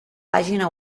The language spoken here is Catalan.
pàgina